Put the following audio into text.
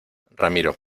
ramiro